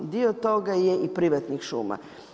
Dio toga je i privatnih šuma.